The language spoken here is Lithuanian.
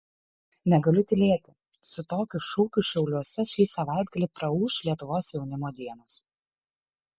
negaliu tylėti su tokiu šūkiu šiauliuose šį savaitgalį praūš lietuvos jaunimo dienos